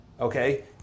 Okay